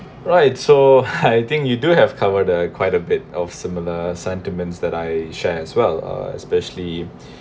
right so I think you do have covered a quite a bit of similar sentiments that I share as well uh especially